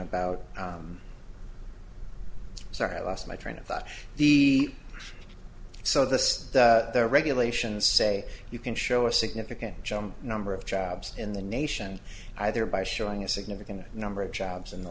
about sorry i lost my train of thought the so this their regulations say you can show a significant jump number of jobs in the nation either by showing a significant number of jobs in the